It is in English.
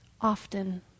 often